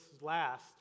last